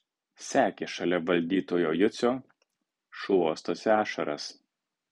sekė šalia valdytojo jucio šluostosi ašaras